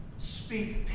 Speak